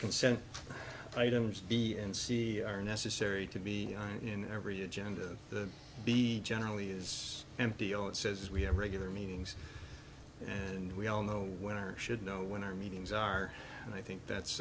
consent items b and c are necessary to be in every agenda to be generally is empty all it says we have regular meetings and we all know when i should know when our meetings are and i think that's